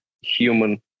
human